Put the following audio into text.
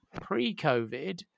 pre-COVID